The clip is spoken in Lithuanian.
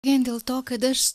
vien dėl to kad aš